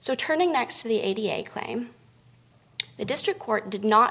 so turning next to the eighty eight claim the district court did not